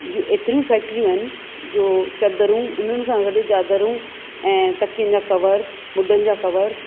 जूं एतिरियूं फैक्ट्रियूं आहिनि जो चादरूं उन्हनि सां गॾु चादरूं ऐं तकियनि जा कवर्स मुडनि जा कवर्स